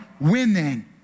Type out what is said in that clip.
winning